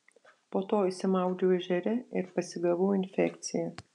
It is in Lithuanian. po to išsimaudžiau ežere ir pasigavau infekciją